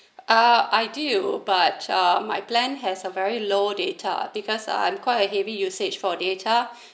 uh I do but uh my plan has a very low data because uh I'm quite a heavy usage for data